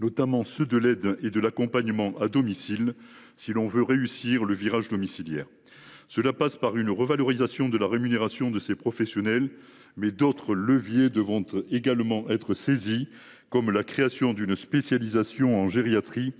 notamment ceux de l’aide et de l’accompagnement à domicile, si l’on veut réussir le « virage domiciliaire ». Cela passe notamment par la revalorisation de la rémunération de ces professionnels, mais d’autres leviers devront être actionnés, comme la création d’une spécialisation en gériatrie